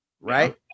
Right